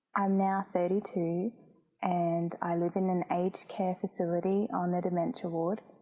i'm now thirty two and i live in an aged care facility on the dementia ward.